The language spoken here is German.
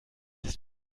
ist